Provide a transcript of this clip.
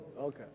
okay